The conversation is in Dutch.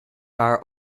haar